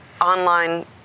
online